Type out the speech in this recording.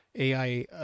AI